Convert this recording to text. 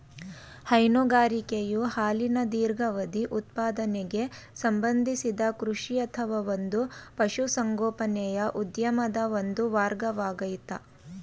ಹೈನುಗಾರಿಕೆಯು ಹಾಲಿನ ದೀರ್ಘಾವಧಿ ಉತ್ಪಾದನೆಗೆ ಸಂಬಂಧಿಸಿದ ಕೃಷಿ ಅಥವಾ ಒಂದು ಪಶುಸಂಗೋಪನೆಯ ಉದ್ಯಮದ ಒಂದು ವರ್ಗವಾಗಯ್ತೆ